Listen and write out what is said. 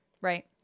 right